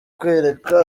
kwereka